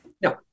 no